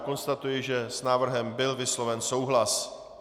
Konstatuji, že s návrhem byl vysloven souhlas.